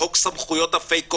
"חוק סמכויות הפייק קורונה"